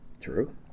True